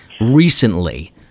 recently